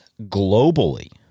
globally